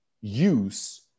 use